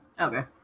Okay